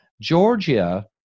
Georgia